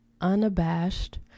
unabashed